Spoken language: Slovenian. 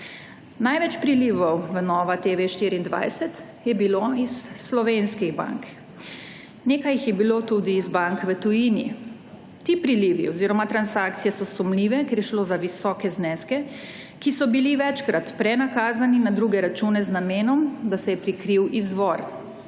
Največ prilivov v NovaTV24 je bilo iz slovenskih bank. Nekaj jih je bilo tudi iz bank v tujini. Ti prilivi oziroma transakcije so sumljive, ker je šlo za visoke zneske, ki os bili večkrat prenakazani na druge račune z namenom, da se je prikril izvor.